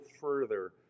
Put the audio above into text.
further